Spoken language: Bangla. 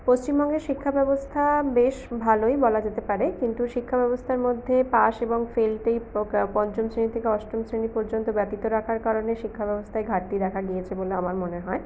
পশ্চিমবঙ্গের শিক্ষাব্যবস্থা বেশ ভালোই বলা যেতে পারে কিন্তু শিক্ষাব্যবস্থার মধ্যে পাস এবং ফেলকে পঞ্চম শ্রেণি থেকে অষ্টম শ্রেণি পর্যন্ত ব্যতীত রাখার কারণে শিক্ষাব্যবস্থায় ঘাটতি দেখা গিয়েছে বলে আমার মনে হয়